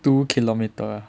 two kilometre ah